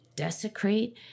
Desecrate